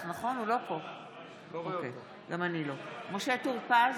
משה טור פז,